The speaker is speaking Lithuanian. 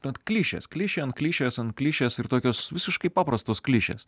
ten klišės klišė ant klišės ant klišės ir tokios visiškai paprastos klišės